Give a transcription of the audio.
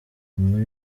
inkuru